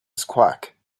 squawk